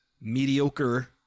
mediocre